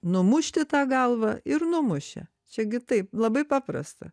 numušti tą galvą ir numušė čiagi taip labai paprasta